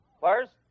First